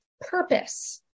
purpose